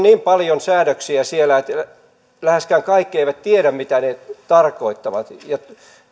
niin paljon säädöksiä siellä että läheskään kaikki eivät tiedä mitä ne tarkoittavat ja